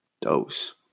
dose